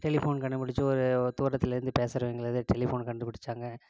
telephone கண்டுப்பிடிச்சி ஒரு தூரத்துலேருந்து பேசுறவங்கள இது டெலிஃபோன் கண்டுப்பிடிச்சாங்க